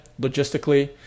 logistically